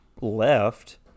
left